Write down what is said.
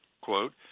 quote